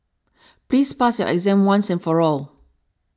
please pass your exam once and for all